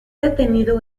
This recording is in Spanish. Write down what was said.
detenido